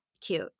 cute